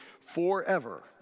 forever